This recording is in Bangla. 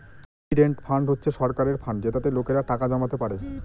প্রভিডেন্ট ফান্ড হচ্ছে সরকারের ফান্ড যেটাতে লোকেরা টাকা জমাতে পারে